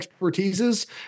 expertises